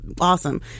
awesome